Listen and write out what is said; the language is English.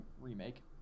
remake